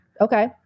okay